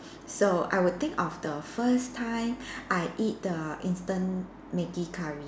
so I will think of the first time I eat the instant Maggi curry